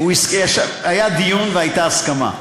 היה דיון והייתה הסכמה.